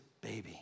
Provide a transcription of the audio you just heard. baby